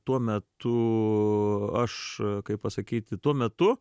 tuo metu aš kaip pasakyti tuo metu